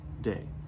day